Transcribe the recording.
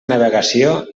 navegació